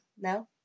No